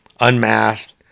Unmasked